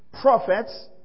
prophets